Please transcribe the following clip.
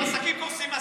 עסקים קורסים.